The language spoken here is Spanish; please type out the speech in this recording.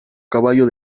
caballo